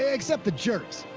ah except the jerks.